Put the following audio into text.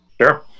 Sure